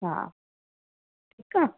हा ठीकु आहे